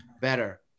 better